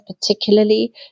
particularly